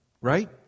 right